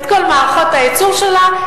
את כל מערכות הייצור שלה,